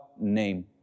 name